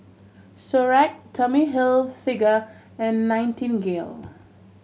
Xorex Tommy Hilfiger and Nightingale